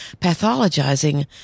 pathologizing